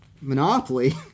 monopoly